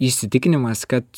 įsitikinimas kad